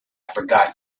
forgot